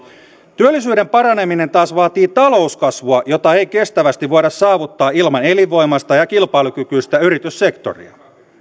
työllisyyden paraneminen taas vaatii talouskasvua jota ei kestävästi voida saavuttaa ilman elinvoimaista ja kilpailukykyistä yrityssektoria